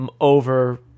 over